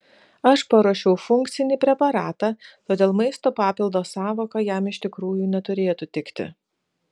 aš paruošiau funkcinį preparatą todėl maisto papildo sąvoka jam iš tikrųjų neturėtų tikti